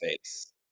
face